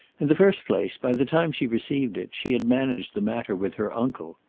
in the first place by the time she received it she had managed the matter with her uncle.